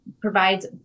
provides